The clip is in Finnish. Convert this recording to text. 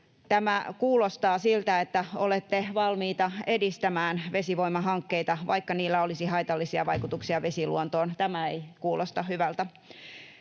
Tämä kuulostaa siltä, että olette valmiita edistämään vesivoimahankkeita, vaikka niillä olisi haitallisia vaikutuksia vesiluontoon. Tämä ei kuulosta hyvältä.